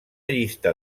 llista